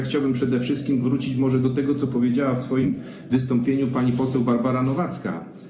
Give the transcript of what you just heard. Chciałbym przede wszystkim wrócić może do tego, co powiedziała w swoim wystąpieniu pani poseł Barbara Nowacka.